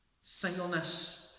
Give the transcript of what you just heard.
Singleness